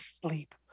sleep